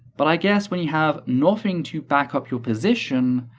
but i guess when you have nothing to back up your position,